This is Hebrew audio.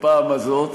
הפעם הזאת,